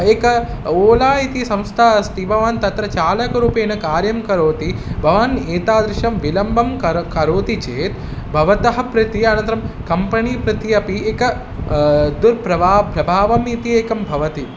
एका ओला इति संस्था अस्ति भवान् तत्र चालकरूपेण कार्यं करोति भवान् एतादृशं विलम्बं कर करोति चेत् भवतः प्रति अनन्तरं कम्पणी प्रति अपि एकं दुर्प्रभावम् प्रबावम् इति एकं भवति